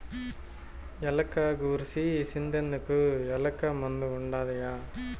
ఎలక గూర్సి సింతెందుకు, ఎలకల మందు ఉండాదిగా